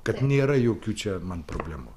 kad nėra jokių čia man problemų